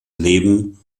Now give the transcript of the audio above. leben